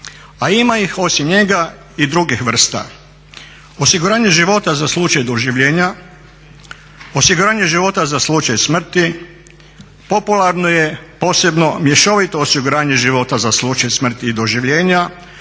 a ima ih osim njega i drugih vrsta. Osiguranje života za slučaj doživljenja, osiguranje života za slučaj smrti, popularno je posebno mješovito osiguranje života za slučaj smrti i doživljenja,